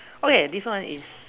okay this one is